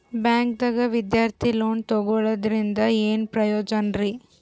ಬ್ಯಾಂಕ್ದಾಗ ವಿದ್ಯಾರ್ಥಿ ಲೋನ್ ತೊಗೊಳದ್ರಿಂದ ಏನ್ ಪ್ರಯೋಜನ ರಿ?